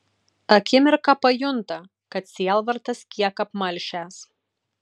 akimirką pajunta kad sielvartas kiek apmalšęs